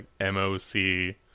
MOC